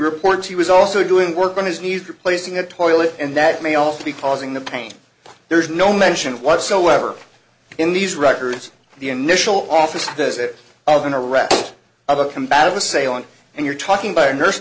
reports he was also doing work on his knees replacing a toilet and that may also be causing the pain there is no mention whatsoever in these records the initial officer says it all been a rash of a combative assailant and you're talking by a nurse